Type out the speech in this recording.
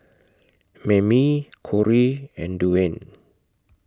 Mammie Kori and Dwane